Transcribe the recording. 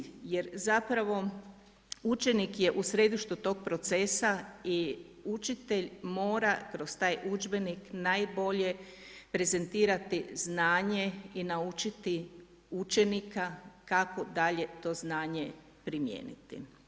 Jer zapravo učenik je u središtu tog procesa i učitelj mora kroz taj udžbenik najbolje prezentirati znanje i naučiti učenika kako dalje to znanje primijeniti.